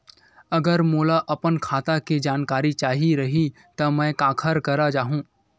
अगर मोला अपन खाता के जानकारी चाही रहि त मैं काखर करा जाहु?